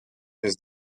his